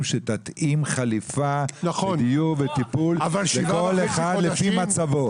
שתתאים חליפה לדיור וטיפול לכל אחד לפי מצבו.